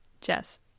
Jess